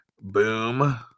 Boom